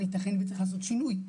אבל יתכן שצריך לעשות שינוי.